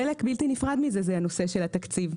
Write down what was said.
חלק בלתי נפרד מזה זה הנושא של התקציב.